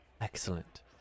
Excellent